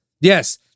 yes